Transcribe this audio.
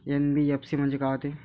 NBFC म्हणजे का होते?